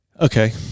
Okay